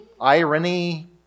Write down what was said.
irony